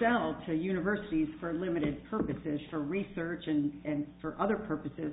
sell to universities for limited purposes for research and for other purposes